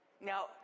Now